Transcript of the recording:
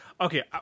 Okay